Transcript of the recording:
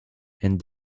and